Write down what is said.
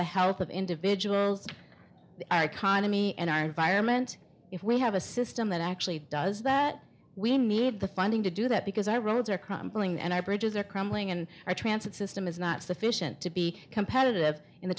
the health of individuals the icon of me and our environment if we have a system that actually does that we need the funding to do that because i roads are crumbling and i bridges are crumbling and our transit system is not sufficient to be competitive in the